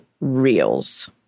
reels